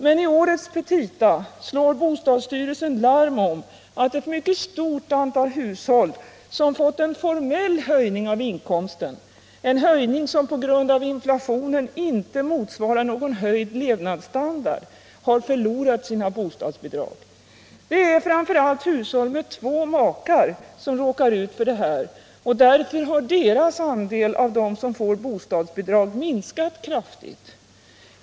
Men i årets petita slår bostadsstyrelsen larm om att ett mycket stort antal hushåll som fått en formell höjning av inkomsten, en höjning som på grund av inflationen inte motsvarar någon höjd lev nadsstandard, har förlorat sina bostadsbidrag. Det är framför allt hushåll med två makar som råkar ut för det här, och därför har deras andel av dem som får bostadsbidrag minskat kraftigt.